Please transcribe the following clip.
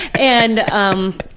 and um,